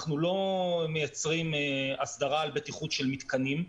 אנחנו לא מייצרים הסדרה על בטיחות של מתקנים,